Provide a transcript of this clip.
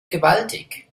gewaltig